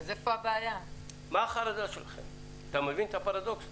אתה מבין את הפרדוקס?